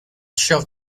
showed